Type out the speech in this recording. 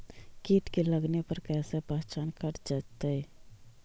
कीट के लगने पर कैसे पहचान कर जयतय?